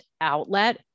outlet